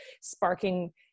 sparking